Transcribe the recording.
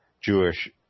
Jewish